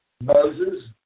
Moses